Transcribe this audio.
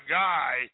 guy